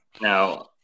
Now